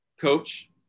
Coach